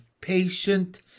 patient